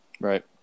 Right